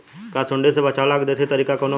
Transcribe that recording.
का सूंडी से बचाव क देशी तरीका कवनो बा?